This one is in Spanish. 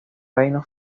reino